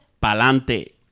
Palante